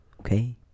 Okay